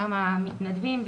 גם המתנדבים,